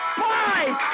five